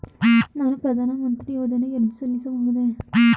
ನಾನು ಪ್ರಧಾನ ಮಂತ್ರಿ ಯೋಜನೆಗೆ ಅರ್ಜಿ ಸಲ್ಲಿಸಬಹುದೇ?